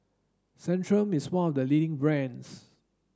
centrum is one of the leading brands